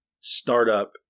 startup